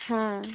ହଁ